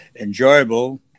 enjoyable